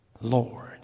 Lord